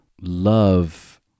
love